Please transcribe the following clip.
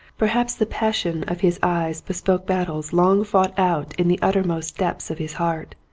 perhaps the passion of his eyes bespoke battles long fought out in the uttermost depths of his heart,